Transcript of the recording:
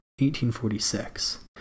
1846